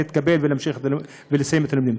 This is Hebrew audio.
להתקבל ולסיים את הלימודים.